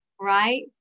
right